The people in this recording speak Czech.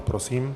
Prosím.